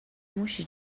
موشی